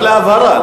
רק להבהרה.